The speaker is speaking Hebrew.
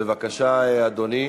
בבקשה, אדוני.